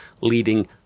leading